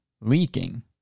leaking